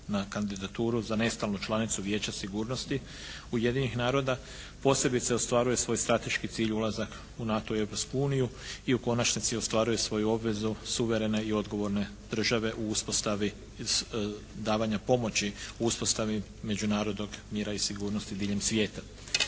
na kandidaturu za nestalnu članicu Vijeća sigurnosti Ujedinjenih naroda, posebice ostvaruje svoj strateški cilj ulazak u NATO i Europsku uniju i u konačnici ostvaruje svoju obvezu suverene i odgovorne države u uspostavi, davanja pomoći uspostavi međunarodnog mira i sigurnosti diljem svijeta.